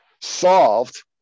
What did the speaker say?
solved